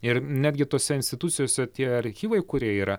ir netgi tose institucijose tie archyvai kurie yra